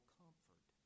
comfort